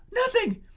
nothing!